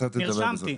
נרשמתי.